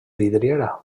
vidriera